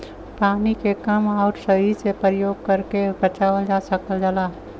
पानी के कम आउर सही से परयोग करके बचावल जा सकल जाला